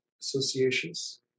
associations